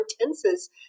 tenses